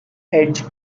edge